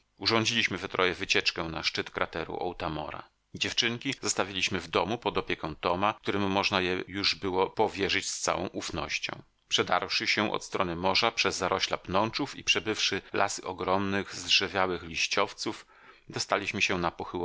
we troje wycieczkę na szczyt krateru otamora dziewczynki zostawiliśmy w domu pod opieką toma któremu można je już było powierzyć z całą ufnością przedarłszy się od strony morza przez zarośla pnączów i przebywszy lasy ogromnych zdrzewiałych liściowców dostaliśmy się na